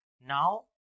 now